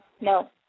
no